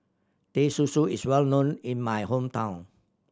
Teh Susu is well known in my hometown